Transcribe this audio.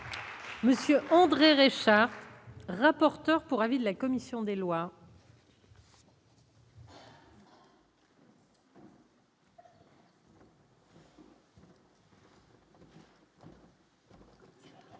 Monsieur André RSA. Rapporteur pour avis de la commission des lois. Madame